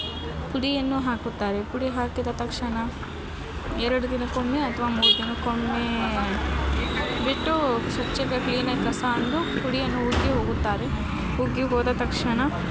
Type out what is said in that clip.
ಪುಡಿಯನ್ನು ಹಾಕುತ್ತಾರೆ ಪುಡಿ ಹಾಕಿದ ತಕ್ಷಣ ಎರಡು ದಿನಕ್ಕೊಮ್ಮೆ ಅಥ್ವಾ ಮೂರು ದಿನಕ್ಕೊಮ್ಮೆ ಬಿಟ್ಟು ಸ್ವಚ್ಛಗೆ ಕ್ಲೀನಾಗಿ ಕಸ ಅಂದು ಪುಡಿಯನ್ನು ಉಗ್ಗಿ ಹೋಗುತ್ತಾರೆ ಉಗ್ಗಿ ಹೋದ ತಕ್ಷಣ